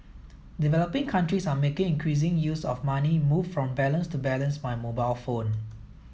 developing countries are making increasing use of money moved from balance to balance by mobile phone